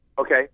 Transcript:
okay